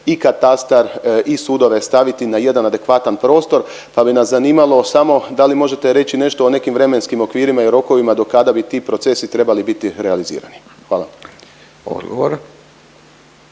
i katastar i sudove staviti na jedan adekvatan prostor pa bi nas zanimalo samo, da li možete reći nešto o nekim vremenskim okvirima i rokovima, do kada bi ti procesi trebali biti realizirani? Hvala.